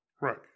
Right